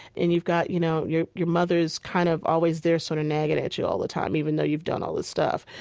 and you've got, you know, your your mother's kind of always there sort of nagging at you all the time, even though you've done all this stuff.